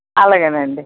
అలాగేనండి